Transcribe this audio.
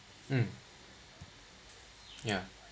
mm yeah